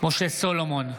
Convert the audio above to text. משה סולומון,